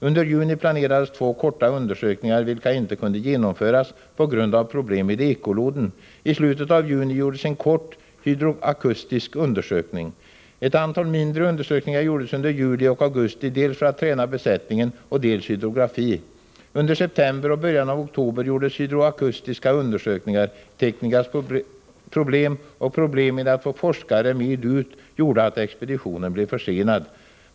Under juni planerades två korta undersökningar vilka inte kunde genomföras p g a problem med ekoloden. I slutet av juni gjordes en kort hydroakustisk undersökning. Ett antal mindre undersökningar gjordes under juli och augusti dels för att träna besättningen och dels hydrografi. Under september och början av oktober gjordes hydroakustiska undersökningar. Tekniska problem och problem med att få forskare med ut gjorde att expeditionen blev försenad.